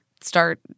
start